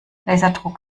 laserdruck